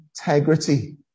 integrity